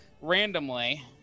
randomly